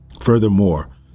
Furthermore